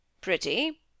Pretty